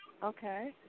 Okay